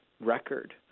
record